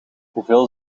hoeveel